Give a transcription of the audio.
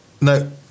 No